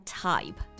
type